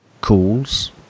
calls